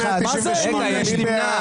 1,202 מי בעד?